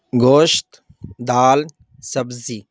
گوشت دال سبزی